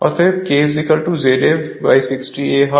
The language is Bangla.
অতএব k ZP 60 A হয়